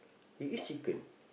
it is chicken